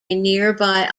nearby